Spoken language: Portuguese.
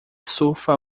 surfa